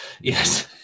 yes